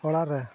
ᱚᱲᱟᱜ ᱨᱮ